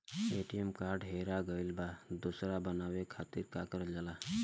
ATM card हेरा गइल पर दोसर बनवावे खातिर का करल जाला?